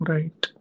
Right